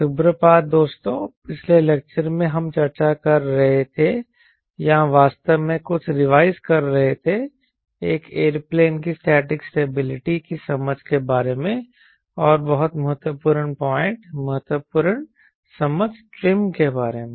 सुप्रभात दोस्तों पिछले लेक्चर में हम चर्चा कर रहे थे या वास्तव में कुछ रिवाइज कर रहे थे एक एयरप्लेन की स्टैटिक स्टेबिलिटी की समझ के बारे में और बहुत महत्वपूर्ण पॉइंट महत्वपूर्ण समझ ट्रिम के बारे में